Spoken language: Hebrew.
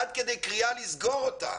עד כדי קריאה לסגור אותה,